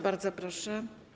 Bardzo proszę.